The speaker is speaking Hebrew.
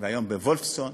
והיום בוולפסון,